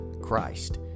christ